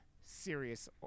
serious